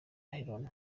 aaron